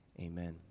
amen